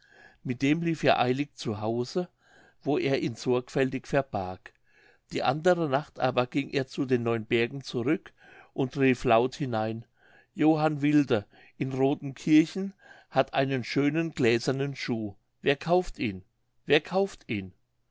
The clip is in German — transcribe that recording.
mit dem lief er eilig zu hause wo er ihn sorgfältig verbarg die andere nacht aber ging er zu den neun bergen zurück und rief laut hinein johann wilde in rodenkirchen hat einen schönen gläsernen schuh wer kauft ihn wer kauft ihn